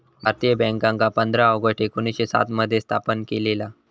भारतीय बॅन्कांका पंधरा ऑगस्ट एकोणीसशे सात मध्ये स्थापन केलेला